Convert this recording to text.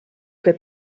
que